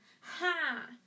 Ha